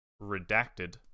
redacted